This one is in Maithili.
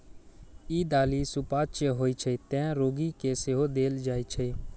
ई दालि सुपाच्य होइ छै, तें रोगी कें सेहो देल जाइ छै